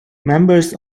members